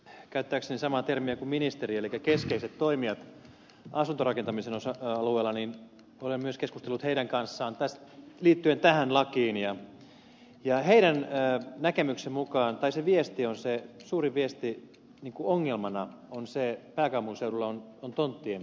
käyttääkseni samaa termiä kuin ministeri elikkä keskeiset toimijat asuntorakentamisen alueella olen myös keskustellut heidän kanssaan liittyen tähän lakiin ja heidän näkemyksensä mukaan tai se viesti on se ongelmana on se että pääkaupunkiseudulla on tonttien puute